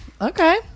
Okay